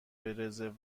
رزرو